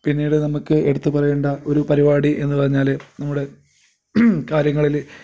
പിന്നീട് നമുക്ക് എടുത്തു പറയേണ്ട ഒരു പരിപാടി എന്ന് പറഞ്ഞാൽ നമ്മുടെ കാര്യങ്ങളിൽ